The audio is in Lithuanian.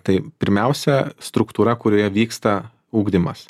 tai pirmiausia struktūra kurioje vyksta ugdymas